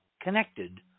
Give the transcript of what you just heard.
connected